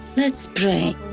let's pray.